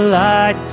light